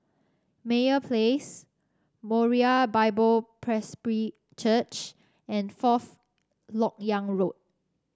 Meyer Place Moriah Bible Presby Church and Fourth LoK Yang Road